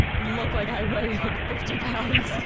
look like i weigh fifty pounds.